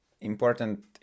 important